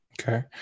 Okay